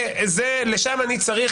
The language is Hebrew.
לשם אני צריך,